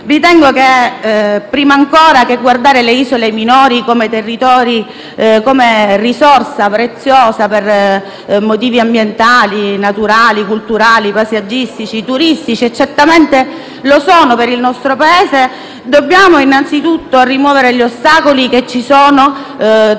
ritengo che, prima ancora che guardare alle isole minori come risorsa preziosa per motivi ambientali, naturali, culturali, paesaggistici e turistici per il nostro Paese - e certamente lo sono - dobbiamo innanzitutto rimuovere gli ostacoli che ci sono dettati